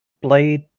Blade